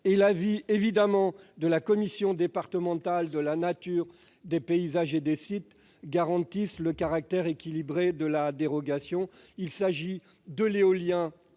et l'avis de la commission départementale de la nature des paysages et des sites garantissent le caractère équilibré de la dérogation. Il s'agit non